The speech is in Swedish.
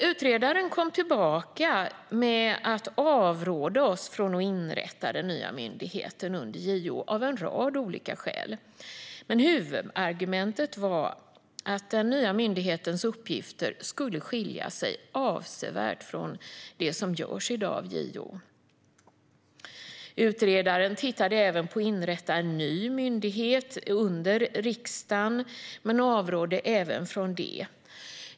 Utredaren kom dock tillbaka och avrådde oss från att inrätta den nya myndigheten under JO, av en rad olika skäl. Huvudargumentet var att den nya myndighetens uppgifter skulle skilja sig avsevärt från det som i dag görs av JO. Utredaren tittade också på att inrätta en ny myndighet under riksdagen men avrådde även från det.